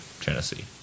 Tennessee